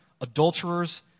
adulterers